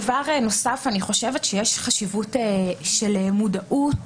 דבר נוסף, אני חושבת שיש חשיבות של מודעות